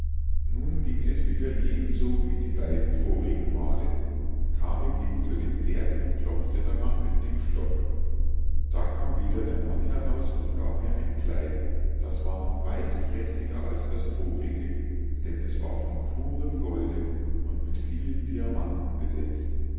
nun ging es wieder eben so wie die beiden vorigen male kari ging zu dem berg und klopfte daran mit dem stock da kam wieder der mann heraus und gab ihr ein kleid das war noch weit prächtiger als das vorige denn es war von purem golde und mit vielen diamanten besetzt